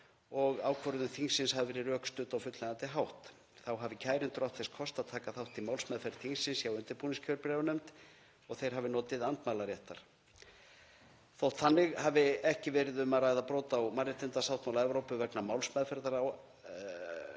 og ákvörðun þingsins hafi verið rökstudd á fullnægjandi hátt. Þá hafi kærendur átt þess kost að taka þátt í málsmeðferð þingsins hjá undirbúningskjörbréfanefnd og þeir hafi notið andmælaréttar. Þótt þannig hafi ekki verið um að ræða brot á mannréttindasáttmála Evrópu, vegna málsmeðferðar á